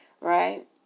Right